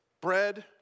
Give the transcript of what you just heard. bread